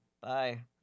Bye